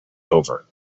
over